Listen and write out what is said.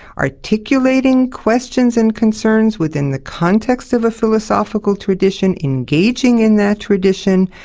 articulating questions and concerns within the context of a philosophical tradition, engaging in that tradition,